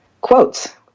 quotes